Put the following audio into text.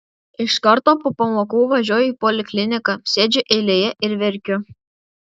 iš karto po pamokų važiuoju į polikliniką sėdžiu eilėje ir verkiu